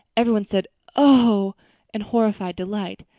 everybody said oh in horrified delight.